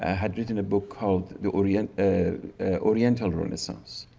ah had written a book called the oriental ah oriental renaissance.